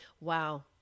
Wow